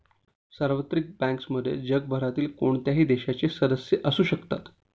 सार्वत्रिक बँक्समध्ये जगभरातील कोणत्याही देशाचे सदस्य असू शकतात